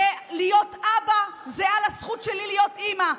ולהיות אבא זהה לזכות שלי להיות אימא.